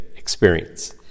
Experience